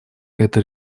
этой